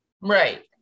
right